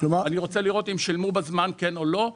אני רוצה לראות אם שילמו בזמן כן או לא.